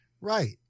right